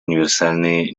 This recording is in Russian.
универсальные